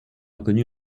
inconnu